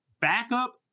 backup